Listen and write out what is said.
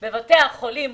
רופאים בבתי החולים